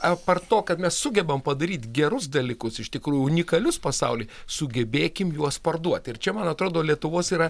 apart to kad mes sugebam padaryt gerus dalykus iš tikrųjų unikalius pasauly sugebėkim juos parduoti ir čia man atrodo lietuvos yra